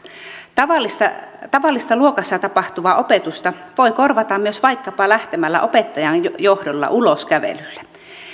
tavallista tavallista luokassa tapahtuvaa opetusta voi korvata myös vaikkapa lähtemällä opettajan johdolla ulos kävelylle